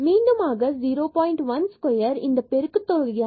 1 square இந்த பெருக்கு தொகையானது 0